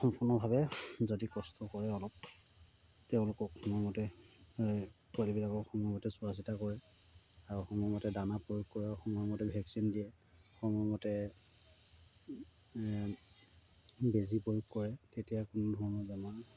সম্পূৰ্ণভাৱে যদি কষ্ট কৰে অলপ তেওঁলোকক সময়মতে পোৱালীবিলাকক সময়মতে চোৱাচিতা কৰে আৰু সময়মতে দানা প্ৰয়োগ কৰে সময়মতে ভেকচিন দিয়ে সময়মতে বেজী প্ৰয়োগ কৰে তেতিয়া কোনো ধৰণৰ বেমাৰ